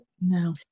No